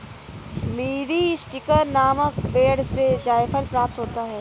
मीरीस्टिकर नामक पेड़ से जायफल प्राप्त होता है